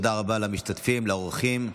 תודה רבה למשתתפים, לאורחים.